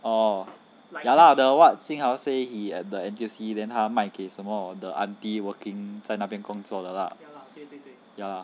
oh ya lah the what jing hao say he at the N_T_U_C then 他卖给什么 the aunty working 在那边工作的 lah